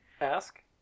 ask